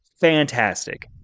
Fantastic